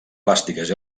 plàstiques